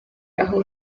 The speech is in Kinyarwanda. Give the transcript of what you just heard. aho